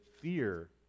fear